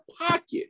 pocket